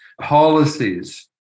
policies